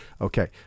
Okay